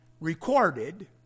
recorded